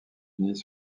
unis